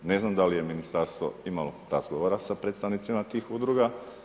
Ne znam da li je ministarstvo imalo razgovora sa predstavnicima tih udruga.